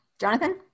jonathan